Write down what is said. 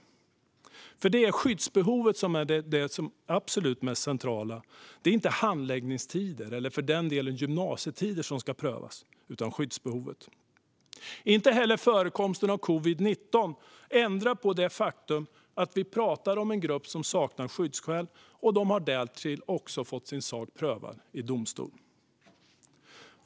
Det är nämligen skyddsbehovet som är det absolut mest centrala. Det är inte handläggningstider eller för den delen gymnasietider som ska prövas utan skyddsbehovet. Inte heller förekomsten av covid-19 ändrar på det faktum att vi talar om en grupp som saknar skyddsskäl och som därtill fått sin sak prövad i domstol.